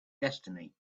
destiny